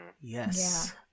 Yes